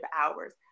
hours